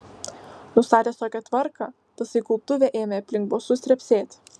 nustatęs tokią tvarką tasai kultuvė ėmė aplink bosus trepsėti